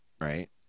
right